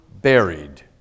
buried